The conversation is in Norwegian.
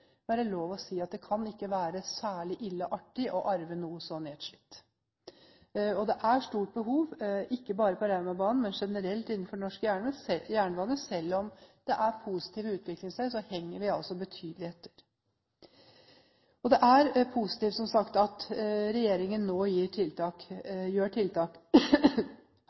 være lov å si at det kan ikke være særlig ille artig å arve noe så nedslitt. Det er et stort behov ikke bare når det gjelder Raumabanen, men generelt innenfor norsk jernbane. Selv om det er positive utviklingstrekk, henger vi betydelig etter. Det er positivt, som sagt, at regjeringen nå gjør tiltak